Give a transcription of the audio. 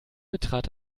betrat